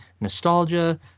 nostalgia